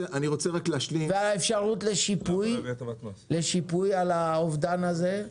והאפשרות לשיפוי על האובדן הזה?